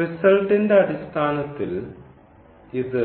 റിസൾട്ട്ൻറെ അടിസ്ഥാനത്തിൽ ഇത്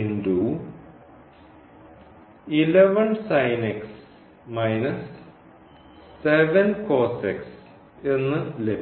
എന്നു ലഭിക്കുന്നു